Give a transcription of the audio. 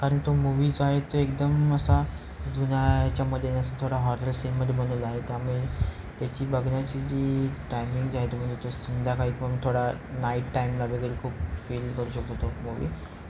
कारण तो मूव्ही जो आहे तो एकदम असा जुन्या याच्यामध्ये असं थोडा हॉरर सीनमध्ये बनवला आहे त्यामुळे त्याची बघण्याची जी टायमिंग जी आहे तो म्हणजे तो संध्याकाळी पण थोडा नाईट टाइमला वगैरे खूप फील करू शकतो तो मूवी